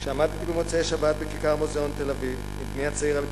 כשעמדתי במוצאי שבת בכיכר מוזיאון תל-אביב עם בני הצעיר על כתפי,